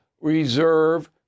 Reserve